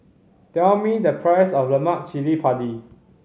tell me the price of lemak cili padi